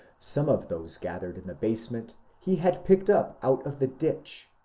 some of those gathered in the basement he had picked up out of the ditch.